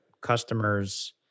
customers